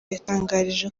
yatangarije